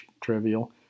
trivial